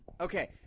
Okay